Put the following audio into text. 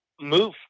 move